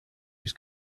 was